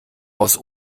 aus